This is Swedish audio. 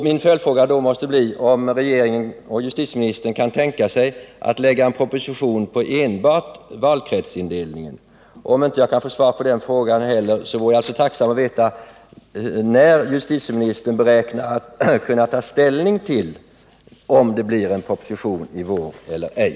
Min följdfråga måste då bli om regeringen och justitieministern kan tänka sig att lägga en proposition om enbart valkretsindelningen. Och om jag inte kan få svar på den frågan heller vore jag tacksam att få veta när justitieministern räknar med att kunna ta ställning till om det blir en proposition i vår eller ej.